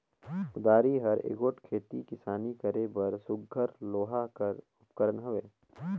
कुदारी हर एगोट खेती किसानी करे बर सुग्घर लोहा कर उपकरन हवे